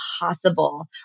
possible